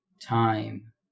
time